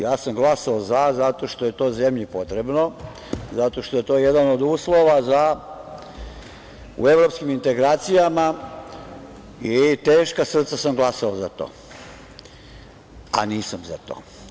Ja sam glasao „za“ zato što je to zemlji potrebno, zato što je to jedan od uslova u evropskim integracijama i teška srca sam glasao za to, a nisam za to.